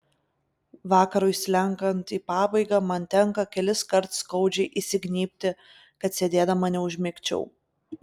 vakarui slenkant į pabaigą man tenka keliskart skaudžiai įsignybti kad sėdėdama neužmigčiau